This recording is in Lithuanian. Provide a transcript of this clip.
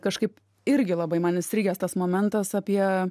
kažkaip irgi labai man įstrigęs tas momentas apie